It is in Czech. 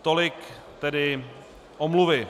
Tolik tedy omluvy.